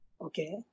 Okay